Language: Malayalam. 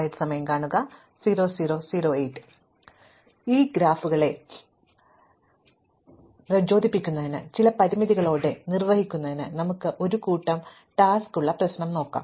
അതിനാൽ ഈ ക്ലാസ് ഗ്രാഫുകളെ പ്രചോദിപ്പിക്കുന്നതിന് ചില പരിമിതികളോടെ നിർവഹിക്കുന്നതിന് ഞങ്ങൾക്ക് ഒരു കൂട്ടം ടാസ്ക് ഉള്ള ഒരു പ്രശ്നം നോക്കാം